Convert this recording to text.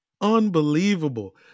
Unbelievable